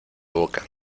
boca